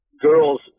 girls